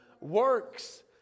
Works